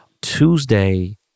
Tuesday